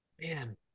man